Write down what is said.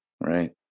Right